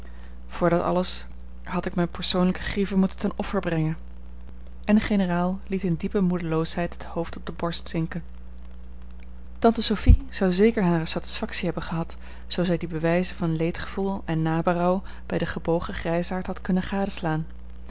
dat alles had ik mijne persoonlijke grieven moeten ten offer brengen en de generaal liet in diepe moedeloosheid het hoofd op de borst zinken tante sophie zou zeker hare satisfactie hebben gehad zoo zij die bewijzen van leedgevoel en naberouw bij den gebogen grijsaard had kunnen gadeslaan